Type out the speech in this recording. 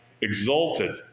exalted